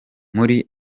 muri